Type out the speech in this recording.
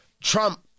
Trump